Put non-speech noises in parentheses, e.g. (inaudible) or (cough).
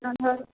(unintelligible)